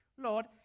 Lord